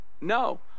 No